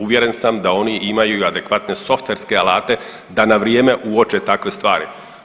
Uvjeren sam da oni imaju i adekvatne softverske alate da na vrijeme uoče takve stvari.